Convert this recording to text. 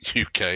UK